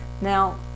Now